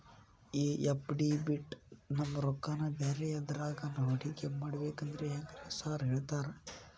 ಈ ಎಫ್.ಡಿ ಬಿಟ್ ನಮ್ ರೊಕ್ಕನಾ ಬ್ಯಾರೆ ಎದ್ರಾಗಾನ ಹೂಡಿಕೆ ಮಾಡಬೇಕಂದ್ರೆ ಹೆಂಗ್ರಿ ಸಾರ್ ಹೇಳ್ತೇರಾ?